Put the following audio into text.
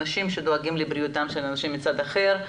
אנשים שדואגים לבריאותם של אנשים מצד אחר,